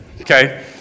Okay